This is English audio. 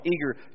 eager